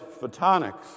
photonics